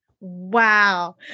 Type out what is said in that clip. Wow